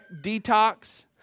detox